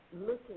looking